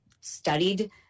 studied